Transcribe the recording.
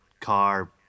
car